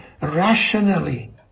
rationally